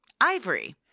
Ivory